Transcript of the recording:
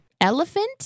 Elephant